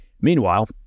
Meanwhile